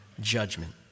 judgment